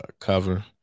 cover